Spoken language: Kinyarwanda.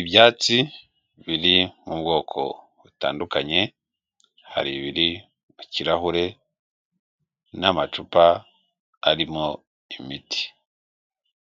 Ibyatsi biri mu bwoko butandukanye hari ibiri mu kirahure n'amacupa arimo imiti